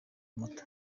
muto